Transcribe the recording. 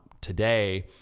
today